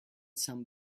some